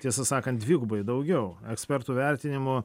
tiesą sakant dvigubai daugiau ekspertų vertinimu